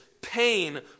Pain